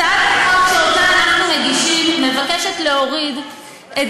הצעת החוק שאנחנו מגישים מבקשת להוריד את